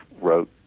wrote